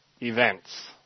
Events